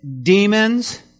demons